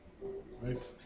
Right